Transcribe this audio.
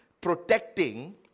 protecting